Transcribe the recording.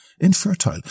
infertile